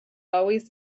always